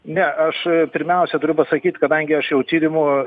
ne aš pirmiausia turiu pasakyti kadangi aš jau tyrimu